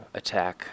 attack